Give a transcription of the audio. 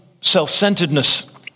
self-centeredness